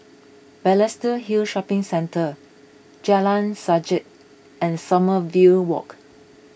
Balestier Hill Shopping Centre Jalan Sajak and Sommerville Walk